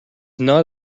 not